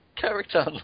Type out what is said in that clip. Character